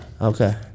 Okay